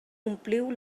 ompliu